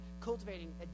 cultivating